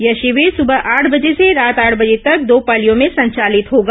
यह शिविर सुबह आठ बजे से रात आठ बजे तक दो पालियों में संचालित होगा